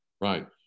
Right